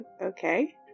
Okay